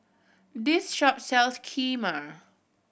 this shop sells Kheema